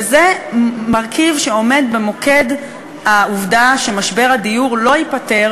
וזה מרכיב שעומד במוקד העובדה שמשבר הדיור לא ייפתר